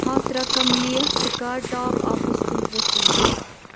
ہَتھ رقم لیٚکھ تہٕ کَر ٹاپ اپس کُن پروسیٖڑ